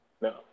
No